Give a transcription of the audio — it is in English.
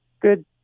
good